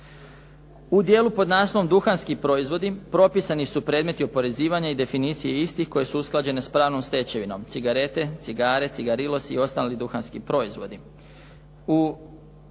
U dijelu pod naslovom "Duhanski proizvodi" propisani su predmeti oporezivanja i definicije istih koje su usklađene s pravnom stečevinom, cigarete, cigare, cigarilosi i ostali duhanski proizvodi. U